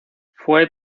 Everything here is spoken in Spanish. fue